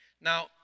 Now